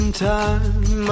time